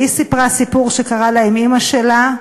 והיא סיפרה סיפור שקרה לה עם אימא שלה,